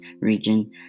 region